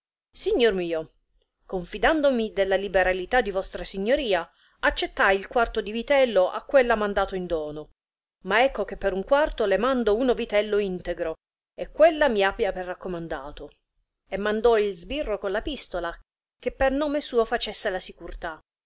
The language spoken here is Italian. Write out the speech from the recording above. signor mio confidandomi della liberalità di vostra signoria accettai il quarto di vitello a quella mandato in dono ma ecco che per un quarto le mando uno vitello in tegro e quella mi abbia per raccomandato e mandò il sbirro con la pistola che per nome suo facesse la